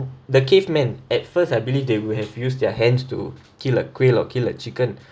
the cavemen at first I believe they would have used their hands to kill a quail or kill a chicken